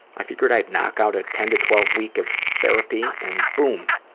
i figured i'd knock out a ten to twelve week of therapy and boom!